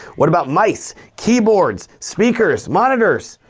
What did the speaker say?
what about mice, keyboards, speakers, monitors.